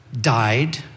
died